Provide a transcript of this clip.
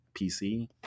PC